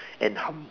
and hum